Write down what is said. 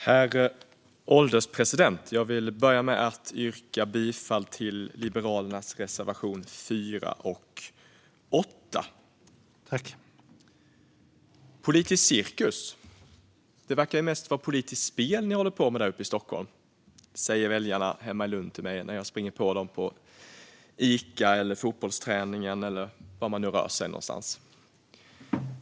Herr ålderspresident! Jag vill börja med att yrka bifall till Liberalernas reservationer 4 och 8. "Politisk cirkus - det verkar mest vara politiskt spel ni håller på med där uppe i Stockholm." Så säger väljarna hemma i Lund till mig när jag springer på dem på Ica eller fotbollsträningen eller var jag nu rör mig någonstans.